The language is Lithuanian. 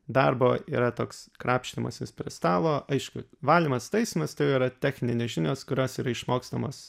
darbo yra toks krapštymasis prie stalo aišku valymas taisymas tai yra techninės žinios kurios yra išmokstamos